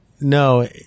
no